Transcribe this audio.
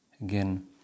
again